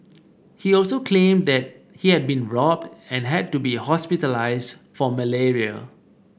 he also claimed that he had been robbed and had to be hospitalised for malaria